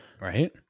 Right